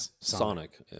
Sonic